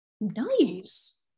Nice